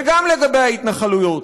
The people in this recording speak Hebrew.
וגם לגבי ההתנחלויות,